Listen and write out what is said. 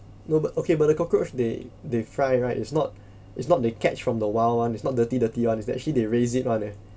no but okay but the cockroach they they fry right it's not it's not they catch from the wild one is not dirty dirty one is actually they raise it one eh